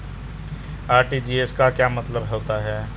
RTGS का क्या मतलब होता है?